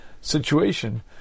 situation